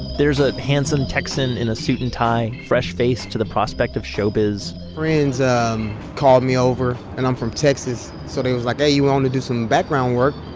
there's a handsome texan in a suit and tie, fresh-faced to the prospect of showbiz friends called me over and i'm from texas, so they were like, hey, you want to do some background work?